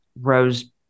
Rose